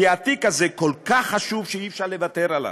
התיק הזה כל כך חשוב שאי-אפשר לוותר עליו.